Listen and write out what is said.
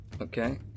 Okay